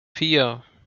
vier